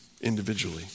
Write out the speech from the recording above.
individually